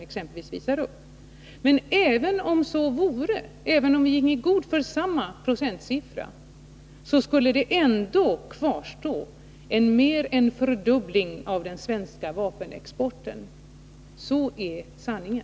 Men även om så vore och Sverige tillskrevs samma procentuella kostnadsökning som amerikanska, engelska och tyska vapen så skulle det ändå kvarstå en ökning av den svenska vapenexporten som innebär mer än en fördubbling. Det är sanningen!